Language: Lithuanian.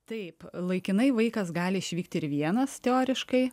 taip laikinai vaikas gali išvykti ir vienas teoriškai